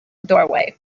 doorway